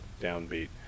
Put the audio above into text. downbeat